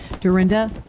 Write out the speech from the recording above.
Dorinda